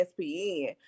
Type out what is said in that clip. espn